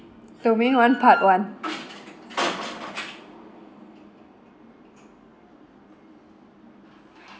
domain one part one